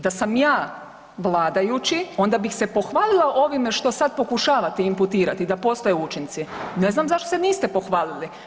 Da sam ja vladajući ona bih se pohvalila ovime što sad pokušavate imputirati da postoje učinci, ne znam zašto se niste pohvalili.